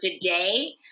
today